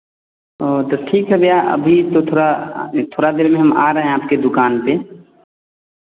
हाँ तो ठीक है भैया अभी तो थोड़ा थोड़ा देर में आ रहें है आपके दुकान पर